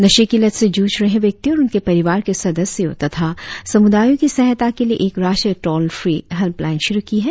नशे की लत से जूझ रहे व्यक्तियो और उनके परिवार के सदस्यों तथा समुदायों की सहायता के लिए एक राष्ट्रीय टोल फ्री हेल्पलाइन शुरु की है